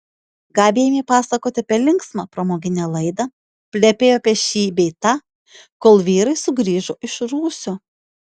gabi ėmė pasakoti apie linksmą pramoginę laidą plepėjo apie šį bei tą kol vyrai sugrįžo iš rūsio